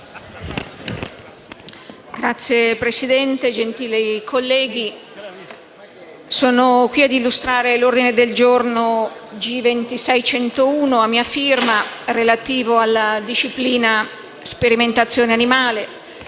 Signor Presidente, gentili colleghi, sono qui ad illustrare l'ordine del giorno G26.101 a mia firma relativo alla disciplina della sperimentazione animale.